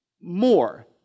more